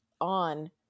on